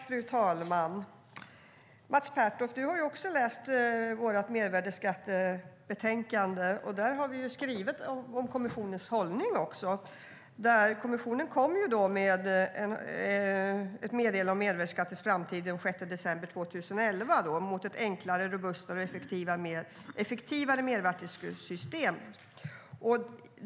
Fru talman! Mats Pertoft har också läst vårt mervärdesskattebetänkande. Där har vi ju skrivit också om kommissionens hållning. Kommissionen kom med ett meddelande om mervärdesskattens framtid den 6 december 2011 - mot ett enklare, robustare och effektivare mervärdesskattessystem.